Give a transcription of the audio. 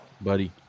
Buddy